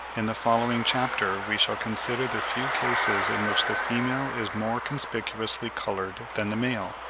in the following chapter we shall consider the few cases in which the female is more conspicuously coloured than the male.